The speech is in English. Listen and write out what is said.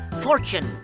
Fortune